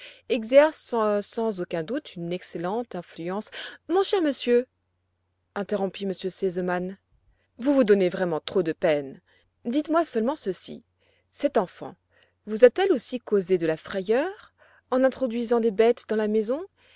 exerce sans aucun doute une excellente influence mon cher monsieur interrompit m r sesemann vous vous donnez vraiment trop de peine dites-moi seulement ceci cette enfant vous a-t-elle aussi causé de la frayeur en introduisant des bêtes dans la maison